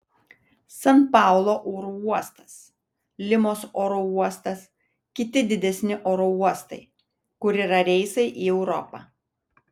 san paulo oro uostas limos oro uostas kiti didesni oro uostai kur yra reisai į europą